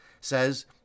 says